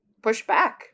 pushback